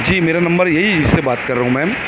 جی میرا نمبر یہی ہے جس سے بات کر رہا ہوں میم